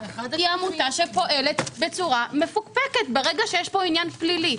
היא פועלת בצורה מפוקפקת ברגע שיש פה עניין פלילי.